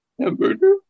Hamburger